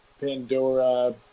Pandora